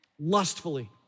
lustfully